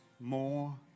more